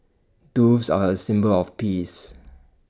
doves are A symbol of peace